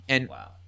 wow